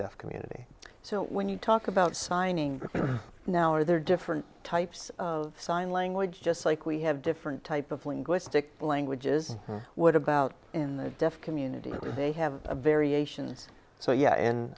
deaf community so when you talk about signing now are there different types of sign language just like we have different type of linguistic languages what about in the deaf community they have a variations so yeah